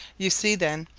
you see, then,